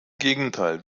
gegenteil